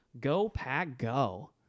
go-pack-go